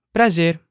Prazer